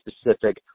specific